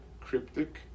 cryptic